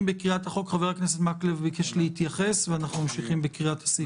חבר הכנסת מקלב ביקש להתייחס ואז נמשיך בקריאת סעיפי הצעת החוק.